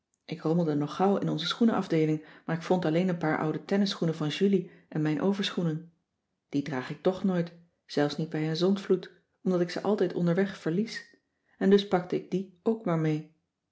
ik rommelde nog gauw in onze schoenenafdeeling maar k vond alleen een paar oude tennisschoenen van julie en mijn overschoenen die draag ik toch nooit zelfs niet bij een zondvloed omdat ik ze altijd onderweg verlies en dus pakte ik die ok maar mee